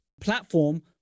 platform